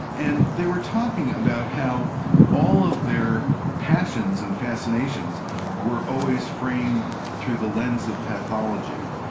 and they were talking about how all of their passions and fascinations were always framed through the lens of pathology.